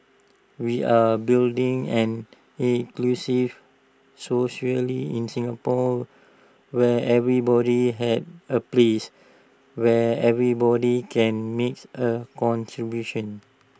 we are building an inclusive socially in Singapore where everybody has A place where everybody can makes A contribution